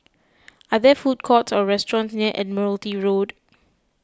are there food courts or restaurants near Admiralty Road